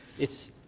it's